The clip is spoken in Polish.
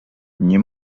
nie